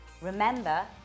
Remember